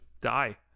die